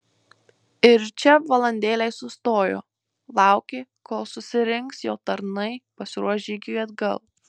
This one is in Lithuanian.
ir čia valandėlei sustojo laukė kol susirinks jo tarnai pasiruoš žygiui atgal